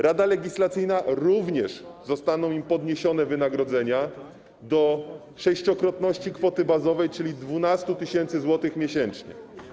Rada Legislacyjna - również zostaną im podniesione wynagrodzenia do sześciokrotności kwoty bazowej, czyli 12 tys. zł miesięcznie.